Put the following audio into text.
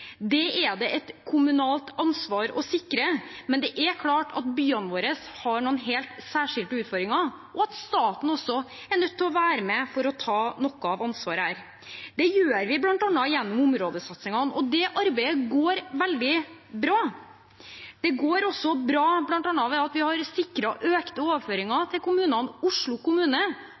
Det er det et kommunalt ansvar å sikre, men det er klart at byene våre har noen helt særskilte utfordringer, og at staten også er nødt til å være med for å ta noe av ansvaret her. Det gjør vi bl.a. gjennom områdesatsingene, og det arbeidet går veldig bra – det går også bra bl.a. ved at vi har sikret økte overføringer til kommunene; Oslo kommune